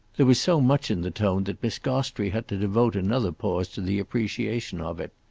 there was so much in the tone that miss gostrey had to devote another pause to the appreciation of it.